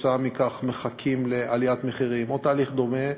וכתוצאה מכך, מחכים לעליית מחירים, או תהליך דומה,